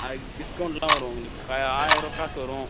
அதுக்கு டிஸ்கௌண்ட்லாம் வரும் உங்களுக்கு ஆயரூவா காசு வரும்